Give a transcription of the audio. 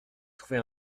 trouvé